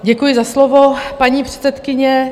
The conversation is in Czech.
Děkuji za slovo, paní předsedkyně.